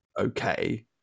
okay